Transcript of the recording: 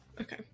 Okay